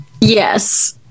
Yes